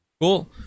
Cool